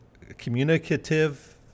communicative